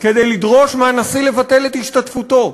כדי לדרוש מהנשיא לבטל את השתתפותו.